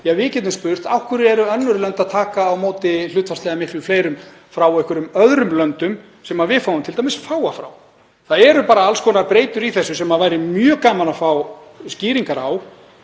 ja, við getum spurt: Af hverju eru önnur lönd að taka á móti hlutfallslega miklu fleirum frá einhverjum öðrum löndum sem við fáum t.d. fáa frá? Það eru bara alls konar breytur í þessu sem væri mjög gaman að fá skýringar á.